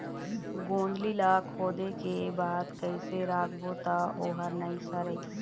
गोंदली ला खोदे के बाद कइसे राखबो त ओहर नई सरे?